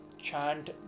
chant